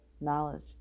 knowledge